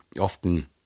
often